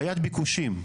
בעיית ביקושים,